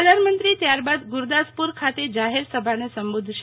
પ્રધાનમંત્રી ત્યારબાદ ગુરદાસપુર ખાતે જાહેરસભાને સંબોધશે